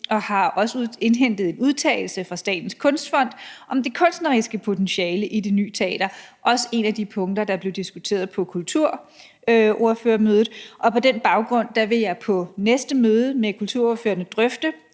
og har også indhentet en udtalelse fra Statens Kunstfond om det kunstneriske potentiale i det nye teater; det var også et af de punkter, der blev diskuteret på kulturordførermødet. På den baggrund vil jeg på næste møde med kulturordførerne drøfte,